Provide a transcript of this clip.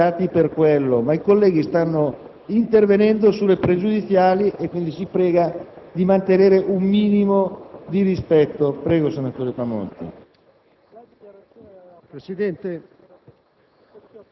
va bene che è martedì grasso e forse siete eccitati per questo, ma i colleghi stanno intervenendo sulla questione pregiudiziale e quindi si prega di mantenere un minimo di rispetto. Prego, senatore Ripamonti.